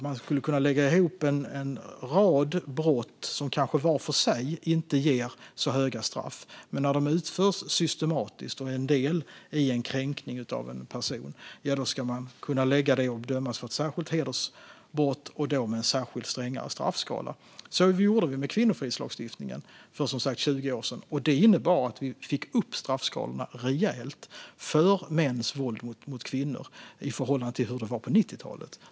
Man skulle kunna lägga ihop en rad brott som kanske var för sig inte ger så höga straff. Men när de utförs systematiskt och är en del i en kränkning av en person ska man kunna lägga ihop det och de som utfört det dömas för ett särskilt hedersbrott och då med en särskilt strängare straffskala. Det gjorde vi med kvinnofridslagstiftningen för 20 år sedan. Det innebar att vi fick upp straffskalorna rejält för mäns våld mot kvinnor i förhållande till hur det var på 90-talet.